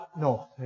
no